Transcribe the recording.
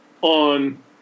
on